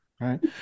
Right